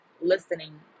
listening